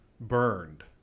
burned